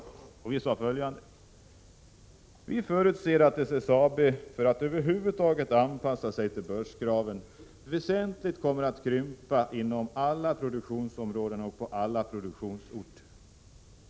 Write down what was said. I motionen framhöll vi bl.a. att vi förutser att SSAB för att över huvud taget anpassa sig till börskraven väsentligt kommer att krympa inom alla produktionsområden och på alla produktionsorter.